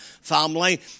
family